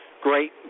great